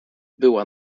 była